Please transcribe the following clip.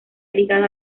ligada